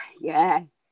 Yes